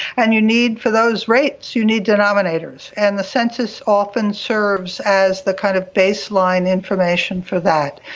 and you need, for those rates you need denominators. and the census often serves as the kind of baseline information for that.